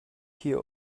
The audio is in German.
hier